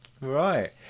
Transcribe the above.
Right